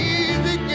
easy